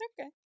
Okay